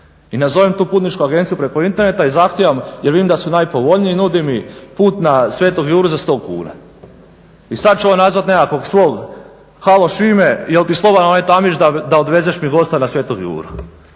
I nazovem tu putničku agenciju preko interneta i zahtijevam jer vidim da su najpovoljniji i nudi mi put na Sv. Juru za 100 kuna. I sada će on nazvati nekakvog svog halo Šime jel ti slobodan onaj tamić da odvezeš mi gosta na Sv. Juru.